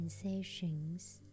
sensations